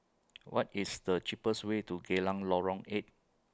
What IS The cheapest Way to Geylang Lorong eight